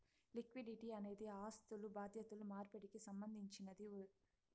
liquidity అనేది ఆస్థులు బాధ్యతలు మార్పిడికి సంబంధించినది